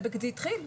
זה התחיל.